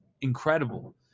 incredible